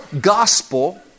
gospel